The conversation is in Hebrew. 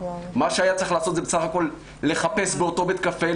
מה שהיה צריך לעשות הוא בסך הכול לחפש באותו בית קפה,